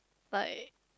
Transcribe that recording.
like